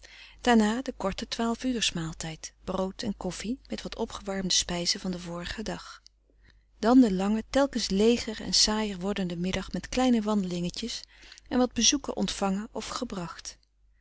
daarna de korte twaalf uurs maaltijd brood en koffie met wat opgewarmde spijzen van den vorigen dag dan de lange telkens leeger en saaier wordende middag met kleine wandelingetjes en wat bezoeken ontvangen of gebracht